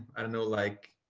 i know like,